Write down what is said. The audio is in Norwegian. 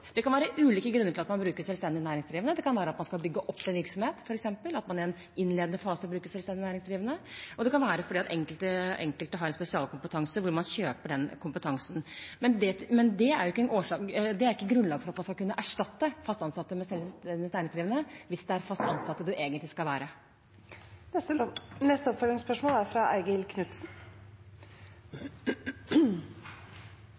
Det kan være ulike grunner til at man bruker selvstendig næringsdrivende. Det kan være at man skal bygge opp en virksomhet – at man f.eks. i en innledende fase bruker selvstendig næringsdrivende. Det kan være fordi enkelte har spesialkompetanse, som man kjøper. Men det er ikke grunnlag for at man skal kunne erstatte fast ansatte med selvstendig næringsdrivende, hvis det er fast ansatt de egentlig skal være. Eigil Knutsen – til oppfølgingsspørsmål. For oss som stortingsrepresentanter er